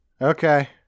Okay